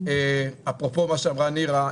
אפרופו מה שאמרה נירה,